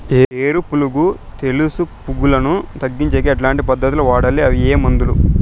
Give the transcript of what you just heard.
వేరు పులుగు తెలుసు పులుగులను తగ్గించేకి ఎట్లాంటి పద్ధతులు వాడాలి? అవి ఏ మందులు?